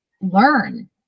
learn